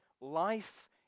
Life